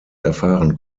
erfahren